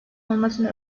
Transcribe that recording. olmasını